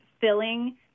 filling